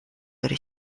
würde